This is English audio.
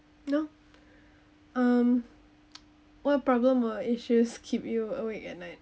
no um what problem or issues keep you awake at night